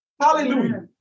Hallelujah